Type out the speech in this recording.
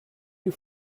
you